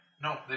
No